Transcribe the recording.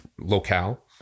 locale